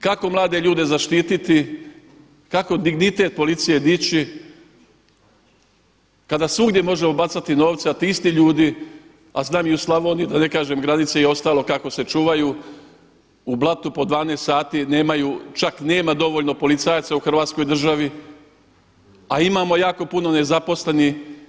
Kako mlade ljude zaštiti, kako dignitet policije dići kada svugdje možemo bacati novce a ti isti ljudi, a znam i u Slavoniji da ne kažem granice i ostalo kako se čuvaj u blatu po 12 sati nemaju, čak nema dovoljno policajaca u Hrvatskoj državi a imamo jako puno nezaposlenih.